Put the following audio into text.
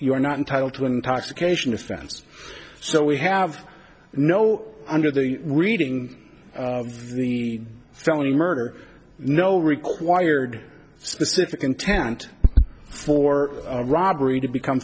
you are not entitled to intoxication offense so we have no under the reading of the felony murder no required specific intent for a robbery to become